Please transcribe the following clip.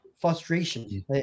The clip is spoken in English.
frustration